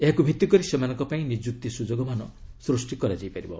ଏହାକୁ ଭିତ୍ତିକରି ସେମାନଙ୍କ ପାଇଁ ନିଯୁକ୍ତି ସୁଯୋଗମାନ ସୃଷ୍ଟି କରାଯାଇପାରିବ